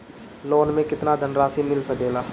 Loan मे केतना धनराशी मिल सकेला?